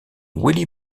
willy